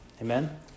Amen